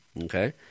Okay